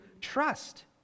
trust